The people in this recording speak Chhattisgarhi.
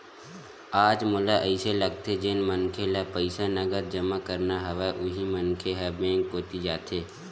आज मोला अइसे लगथे जेन मनखे ल पईसा नगद जमा करना हवय उही मनखे ह बेंक कोती जाथे